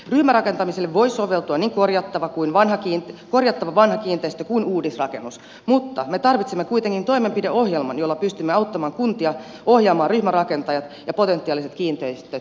ryhmärakentamiselle voi soveltua niin korjattava vanha kiinteistö kuin uudisrakennus mutta me tarvitsemme kuitenkin toimenpideohjelman jolla pystymme auttamaan kuntia ohjaamaan ryhmärakentajat ja potentiaaliset kiinteistöt ja tontit yhteen